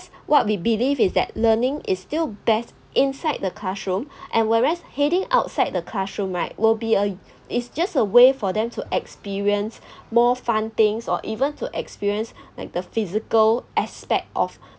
what we believe is that learning is still best inside the classroom and whereas heading outside the classroom right will be a it's just a way for them to experience more fun things or even to experience like the physical aspect of